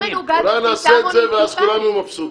אולי נעשה את זה, ואז כולנו מבסוטים.